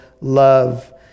love